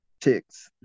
ticks